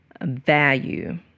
value